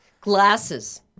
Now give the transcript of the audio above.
Glasses